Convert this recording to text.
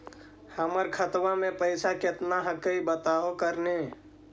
हमर खतवा में पैसा कितना हकाई बताहो करने?